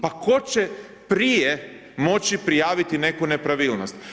Pa tko će prije moći prijaviti neku nepravilnost?